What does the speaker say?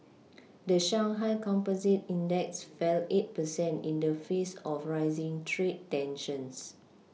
the Shanghai Composite index fell eight percent in the face of rising trade tensions